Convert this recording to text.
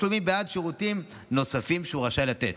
וכן מתשלומים בעד שירותים נוספים שהוא רשאי לתת.